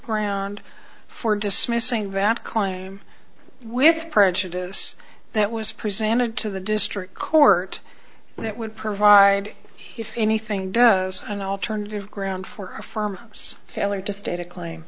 ground for dismissing that claim with prejudice that was presented to the district court that would provide anything does an alternative ground for a firm failure to state a